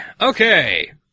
Okay